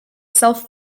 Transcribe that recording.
self